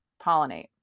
pollinate